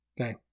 Okay